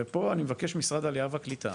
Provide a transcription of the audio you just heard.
ופה אני מבקש משרד העלייה והקליטה,